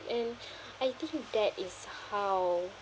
and I think that is how